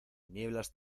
nieblas